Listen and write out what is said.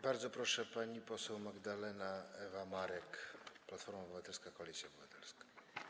Bardzo proszę, pani poseł Magdalena Ewa Marek, Platforma Obywatelska - Koalicja Obywatelska.